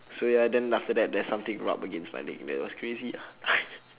so ya then after that there's something rub against my leg man it was crazy ah